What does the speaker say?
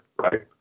right